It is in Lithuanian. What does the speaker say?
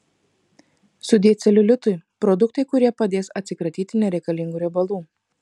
sudie celiulitui produktai kurie padės atsikratyti nereikalingų riebalų